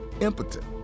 impotent